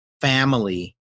family